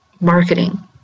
marketing